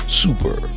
super